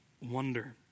wonder